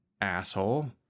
Asshole